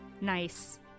Nice